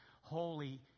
Holy